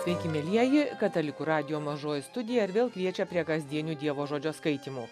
sveiki mielieji katalikų radijo mažoji studija ir vėl kviečia prie kasdienių dievo žodžio skaitymų